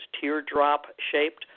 teardrop-shaped